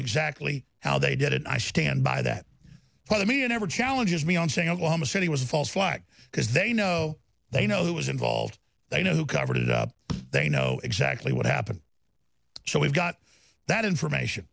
exactly how they did it i stand by that i mean ever challenges me on saying oklahoma city was a false flag because they know they know who is involved they know who covered it up they know exactly what happened so we've got that information